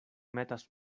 metas